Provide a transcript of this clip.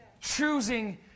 Choosing